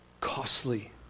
costly